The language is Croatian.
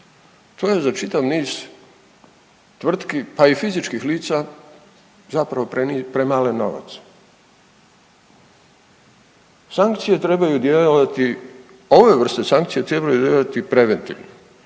to je za čitav niz tvrtki pa i fizičkih lica zapravo premalen novac. Sankcije trebaju djelovati, ove vrsta sankcija trebaju djelovati preventivno.